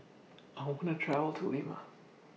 I wanna travel to Lima